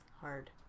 hard